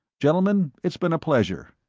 gentlemen, it's been a pleasure.